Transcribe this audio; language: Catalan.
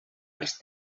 els